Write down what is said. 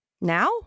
Now